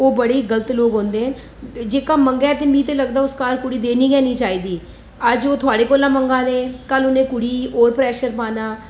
ओह् बड़े ई गल्त लोक होंदे जेह्का मंगै ते मिगी लगदा ऐ उस घर कुड़ी देनी गै नेईं चाहिदी अज्ज ओह् थुआढ़े कोला मंगा दे कल उ'नें कुड़ी ई होर प्रैशर पाना